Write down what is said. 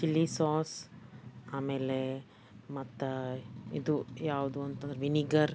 chilli sauce ಆಮೇಲೆ ಮತ್ತು ಇದು ಯಾವುದು ಅಂತ ಅಂದ್ರೆ ವಿನಿಗರ್